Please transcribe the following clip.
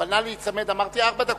אבל נא להיצמד, אמרתי ארבע דקות.